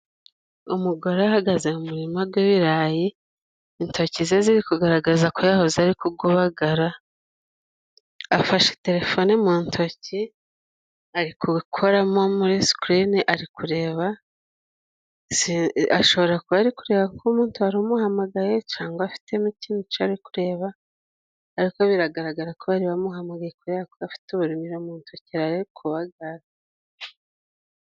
Umugore ahagaze mu muririma gw'ibirayi, intoki ze ziri kugaragaza ko yahoze ari kubagara, afashe telefone mu ntoki arikukoramo muri sikirini, ari kureba, ashobora kuba ari kureba ko umumotari umuhamagaye cangwa afite ikindi kintu ari kureba, ariko biragaragara ko bari bamuhamagaye kubera ko afite uburimiro mu ntoki yari ari kubagara.